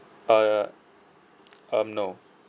uh um no